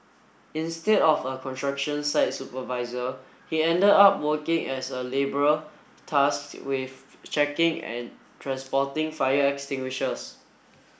instead of a construction site supervisor he ended up working as a labourer tasked with checking and transporting fire extinguishers